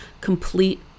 complete